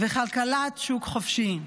וכלכלת שוק חופשי.